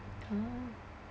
ah